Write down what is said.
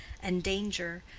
and danger,